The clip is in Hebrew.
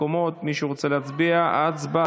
אלו הרוצים להצביע, אנא שבו במקומות.